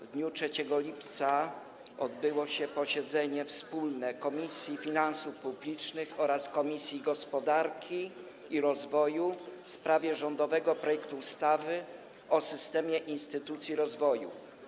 W dniu 3 lipca odbyło się wspólne posiedzenie Komisji Finansów Publicznych oraz Komisji Gospodarki i Rozwoju w sprawie rządowego projektu ustawy o systemie instytucji rozwoju.